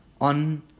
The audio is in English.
on